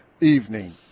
evening